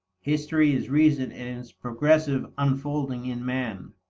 history is reason in its progressive unfolding in man.